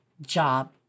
job